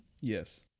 yes